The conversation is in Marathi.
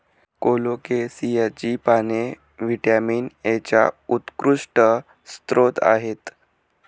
कोलोकेसियाची पाने व्हिटॅमिन एचा उत्कृष्ट स्रोत आहेत